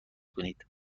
کنید